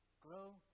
grow